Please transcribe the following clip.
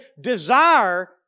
desire